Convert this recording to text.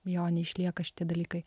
jo neišlieka šitie dalykai